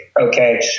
okay